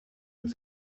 with